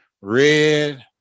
red